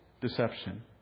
deception